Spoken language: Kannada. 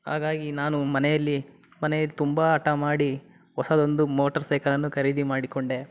ಹಾಗಾಗಿ ನಾನು ಮನೆಯಲ್ಲಿ ಮನೆ ತುಂಬ ಹಠ ಮಾಡಿ ಹೊಸದೊಂದು ಮೋಟರ್ ಸೈಕಲನ್ನು ಖರೀದಿ ಮಾಡಿಕೊಂಡೆ